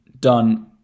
done